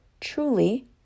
Truly